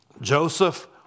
Joseph